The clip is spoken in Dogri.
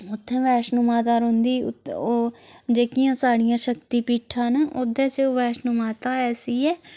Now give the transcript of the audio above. उत्थें बैशनो माता रौंह्दी उत्त ओह् जेह्कियां साढ़ियां शक्ती पीठां न ओह्दे च बैशनो माता ऐसी ऐ